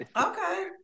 Okay